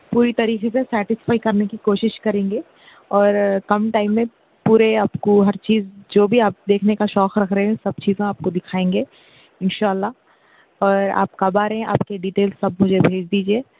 پوری طریقے سے سٹیفائ کرنے کی کوشش کریں گے اور کم ٹائم میں پورے آپ کو ہر چیز جو بھی آپ دیکھنے کا شوق رکھ رہے ہیں سب چیزاں آپ کو دکھائیں گے ان شاء اللہ اور آپ کب آرہے ہیں آپ کی ڈیٹیل سب مجھے بھیج دیجیے